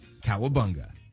Cowabunga